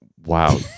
Wow